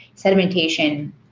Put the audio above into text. sedimentation